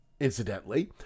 incidentally